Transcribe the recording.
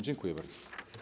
Dziękuję bardzo.